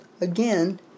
again